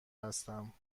هستم